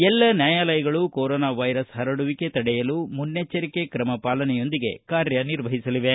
ಎಲ್ಲ ನ್ಯಾಯಾಲಯಗಳು corona virus ಹರಡುವಿಕೆ ತಡೆಯಲು ಮುನ್ನೆಚ್ಚರಿಕೆ ತ್ರಮ ಪಾಲನೆಯೊಂದಿಗೆ ಕಾರ್ಯನಿರ್ವಹಿಸಲಿವೆ